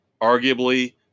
arguably